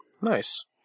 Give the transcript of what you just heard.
Nice